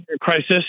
crisis